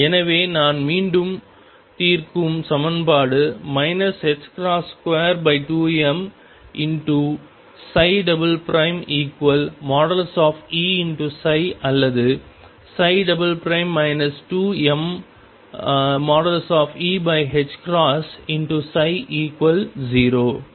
எனவே நான் மீண்டும் தீர்க்கும் சமன்பாடு 22m|E|ψ அல்லது 2mEψ0